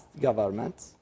government